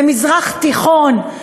במזרח תיכון,